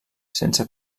sense